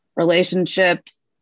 Relationships